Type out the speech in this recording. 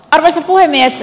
arvoisa puhemies